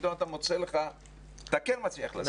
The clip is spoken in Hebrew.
פתאום אתה כן מצליח לעשות.